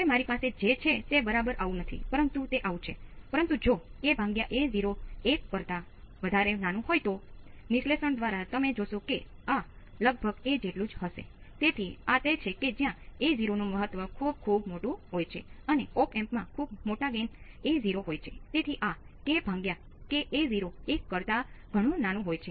હવે જો મારી પાસે બે ઇનપુટ વોલ્ટેજ મહત્વપૂર્ણ તફાવત હોય છે